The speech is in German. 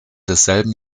desselben